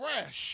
fresh